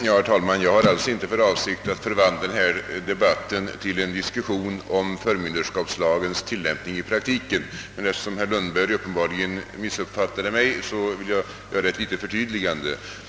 Herr talman! Jag har alls inte för avsikt att förvandla denna debatt till en diskussion om förmynderskapslagens tillämpning i praktiken. Men eftersom herr Lundberg uppenbarligen missuppfattade mig vill jag göra ett litet förtydligande.